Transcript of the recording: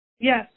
Yes